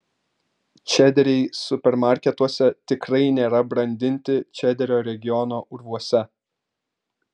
čederiai supermarketuose tikrai nėra brandinti čederio regiono urvuose